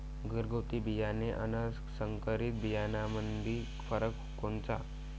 घरगुती बियाणे अन संकरीत बियाणामंदी फरक कोनचा?